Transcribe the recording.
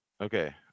Okay